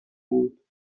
بود